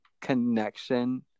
connection